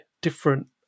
different